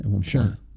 Sure